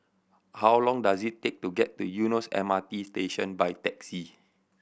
how long does it take to get to Eunos M R T Station by taxi